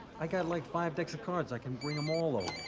i got like five decks of cards, i can bring em all over.